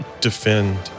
defend